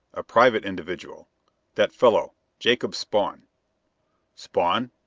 a private individual that fellow jacob spawn spawn?